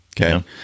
okay